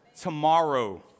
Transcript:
tomorrow